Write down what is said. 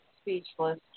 speechless